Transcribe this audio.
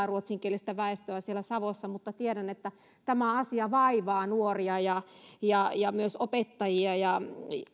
ruotsinkielistä väestöä mutta tiedän että vaivaa nuoria ja ja myös opettajia tämä asia